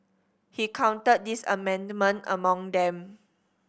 he counted this amendment among them